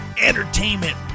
entertainment